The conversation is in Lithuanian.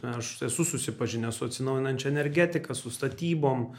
aš esu susipažinęs su atsinaujinančia energetika su statybom